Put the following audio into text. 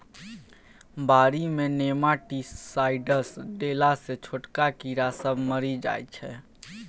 बारी मे नेमाटीसाइडस देला सँ छोटका कीड़ा सब मरि जाइ छै